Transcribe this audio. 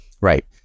right